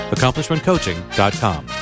AccomplishmentCoaching.com